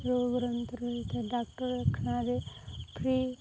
ରୋଗାକ୍ରାନ୍ତ ହୋଇଥାଏ ଡାକ୍ଟରଖାନାରେ ଫ୍ରି